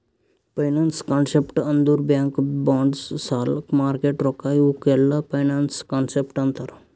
finance concept ಅಂದುರ್ bank bonds ಸಾಲ market ರೊಕ್ಕಾ ಇವುಕ್ ಎಲ್ಲಾ ಫೈನಾನ್ಸ್ ಕಾನ್ಸೆಪ್ಟ್ ಅಂತಾರ್